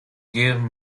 gave